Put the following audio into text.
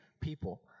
people